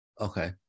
Okay